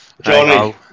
johnny